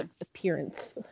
Appearance